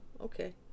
okay